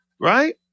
right